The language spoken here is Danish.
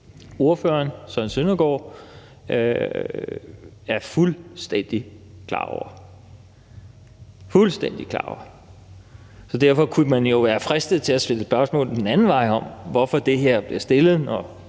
ordføreren Søren Søndergaard, er fuldstændig klar over – fuldstændig klar over. Så derfor kunne man jo være fristet til at stille spørgsmål den anden vej om, hvorfor det her bliver fremsat,